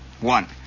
One